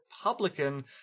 Republican